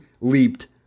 leaped